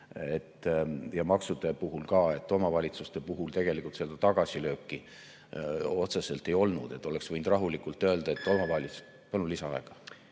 Maksude puhul ka. Omavalitsuste puhul tegelikult seda tagasilööki otseselt ei olnud, et oleks võinud rahulikult öelda, et omavalitsus ... Palun lisaaega!